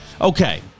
Okay